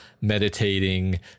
meditating